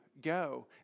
go